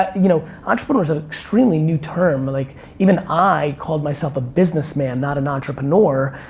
you know, entrepreneur's an extremely new term. like even i called myself a businessman not an entrepreneur.